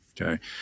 Okay